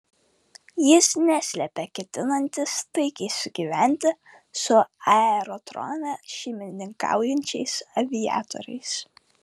jis neslėpė ketinantis taikiai sugyventi su aerodrome šeimininkaujančiais aviatoriais